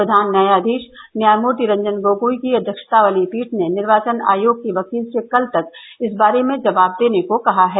प्रधान न्यायाधीश न्यायमूर्ति रंजन गोगोई की अध्यक्षता वाली पीठ ने निर्वाचन आयोग के वकील से कल तक इस बारे में जबाव देने को कहा है